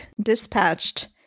dispatched